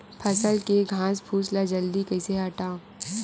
फसल के घासफुस ल जल्दी कइसे हटाव?